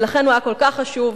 ולכן הוא היה כל כך חשוב,